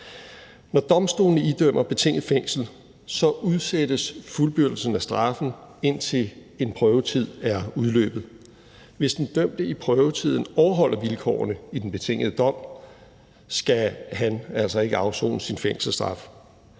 Når domstolen idømmer betinget fængsel, så udsættes fuldbyrdelsen af straffen, indtil en prøvetid er udløbet. Hvis den dømte i prøvetiden overholder vilkårene i den betinget dom, skal han altså ikke afsone sin fængselsstraf.